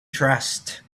dressed